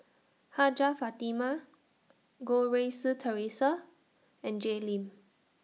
Hajjah Fatimah Goh Rui Si Theresa and Jay Lim